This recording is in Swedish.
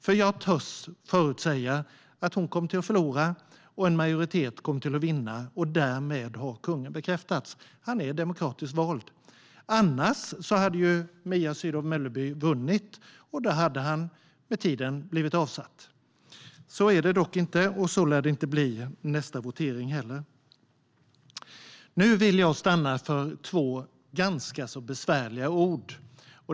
Jag törs nämligen förutsäga att hon kommer att förlora och att majoriteten kommer att vinna. Därmed har kungen bekräftats och är demokratiskt vald. Annars hade Mia Sydow Mölleby vunnit, och då hade han med tiden blivit avsatt. Så är det dock inte, och så lär det heller inte bli vid nästa votering. Nu vill jag stanna vid två ganska besvärliga ord.